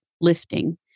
lifting